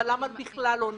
למה בכלל לא נחיה?